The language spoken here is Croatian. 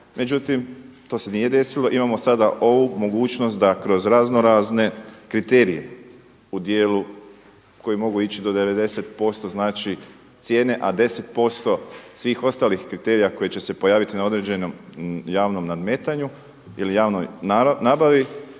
Međutim to se nije desilo. Imamo sada ovu mogućnost da kroz razno razne kriterije u dijelu koje mogu ići od 90% znači cijene a 10%svih ostalih kriterija koji će se pojaviti na određenom javnom nadmetanju ili javnoj nabavi.